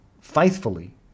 faithfully